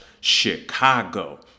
Chicago